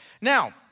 Now